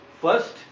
first